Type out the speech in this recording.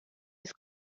was